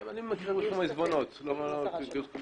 הם מטפלים בעיזבונות בענייני כספים.